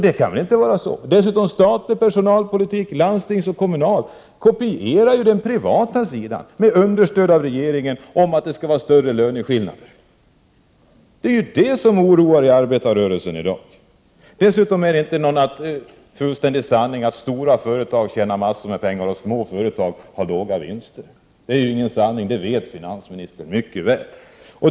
Den statliga personalpolitiken, och det gäller även landstingens och kommunernas personalpolitik, kopierar ju med stöd av regeringen den privata sidans personalpolitik att det skall vara större löneskillnader. Det är det som oroar arbetarrörelsen i dag. Dessutom är det inte någon fullständig sanning att stora företag tjänar massor med pengar och att små företag har låga vinster. Det är inte sant, det vet finansministern mycket väl.